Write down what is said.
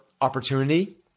opportunity